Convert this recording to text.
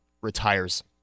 retires